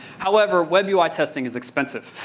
however, web ui testing is expensive.